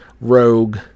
rogue